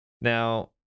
Now